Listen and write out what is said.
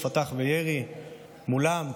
ופתח בירי מולם.